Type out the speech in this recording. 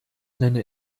nenne